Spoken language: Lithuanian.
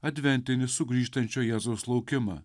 adventinį sugrįžtančio jėzaus laukimą